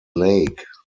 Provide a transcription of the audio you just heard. lake